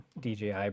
DJI